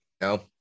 No